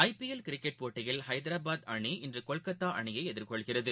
ஐ PL cricket போட்டியில் ஐதராபாத் அணி இன்றுகொல்கத்தாஅணியைஎதிர்கொள்கிறது